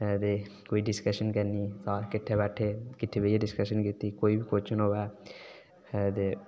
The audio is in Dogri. कोई डिसकशन होए तां बी किठ्ठें बेहियै करनी कोई बी क्वश्चन होऐ ओह् बी किठ्ठै बेहियै करना